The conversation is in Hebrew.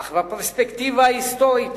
אך בפרספקטיבה ההיסטורית